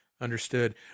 understood